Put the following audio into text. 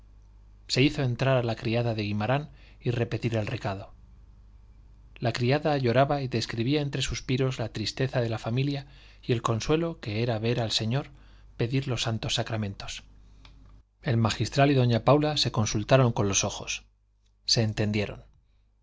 se hizo entrar a la criada de guimarán y repetir el recado la criada lloraba y describía entre suspiros la tristeza de la familia y el consuelo que era ver al señor pedir los santos sacramentos el magistral y doña paula se consultaron con los ojos se entendieron